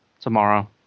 tomorrow